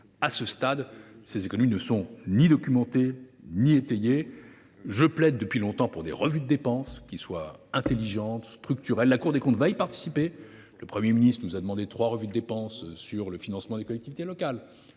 À ce stade, ces économies ne sont ni documentées ni étayées. Je plaide depuis longtemps pour des revues de dépenses intelligentes et structurelles. La Cour des comptes y participera. Le Premier ministre nous a demandé trois revues de dépenses, sur le financement des collectivités locales,